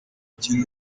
bazima